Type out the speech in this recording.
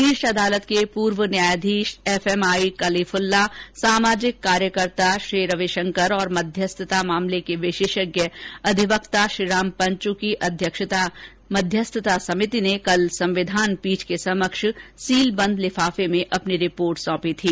शीर्ष अदालत के पूर्व न्यायाधीश एफ एमआई कलीफुल्ला सामाजिक कार्यकर्ता श्रीरविशंकर और मध्यस्थता मामले के विशेषज्ञ अधिवक्ता श्रीराम पंचू की मध्यस्थता समिति ने कल संविधान पीठ के समक्ष सीलबंद लिफाफे में अपनी रिपोर्ट सौंपी थी